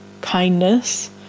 kindness